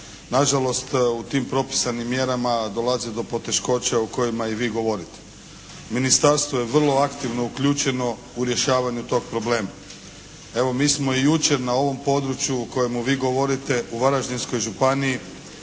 Nažalost, u tim propisanim mjerama dolazi do poteškoća o kojima i vi govorite. Ministarstvo je vrlo aktivno uključeno u rješavanju tog problema. Evo, mi smo i jučer na ovom području o kojemu vi govorite, u Varaždinskoj županiji